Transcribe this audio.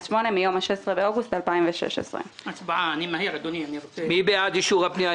1908 מיום ה-16 באוגוסט 2016. מי בעד אישור הפנייה,